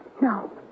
No